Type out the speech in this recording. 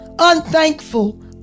unthankful